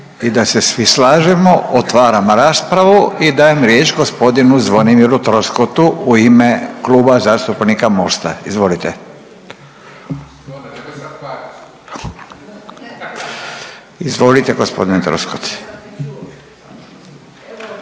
i da se svi slažemo otvaram raspravu i dajem riječ g. Zvonimiru Troskotu u ime Kluba zastupnika Mosta. Izvolite. Izvolite g. Troskot.